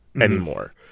anymore